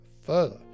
Further